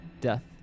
death